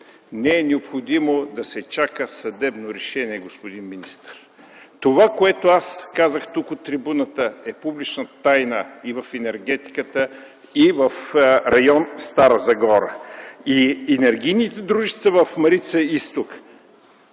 не е необходимо да се чака съдебно решение, господин министър. Това, което аз казах тук от трибуната, е публична тайна и в енергетиката, и в район Стара Загора. И енергийните дружества в „Мини Марица изток”